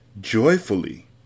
Joyfully